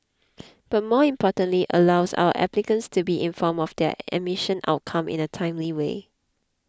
but more importantly allows our applicants to be informed of their admission outcome in a timely way